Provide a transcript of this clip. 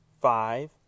five